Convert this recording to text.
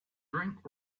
drink